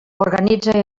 organitza